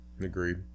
agreed